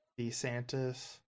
DeSantis